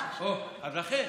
אז לכן.